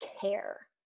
care